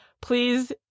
please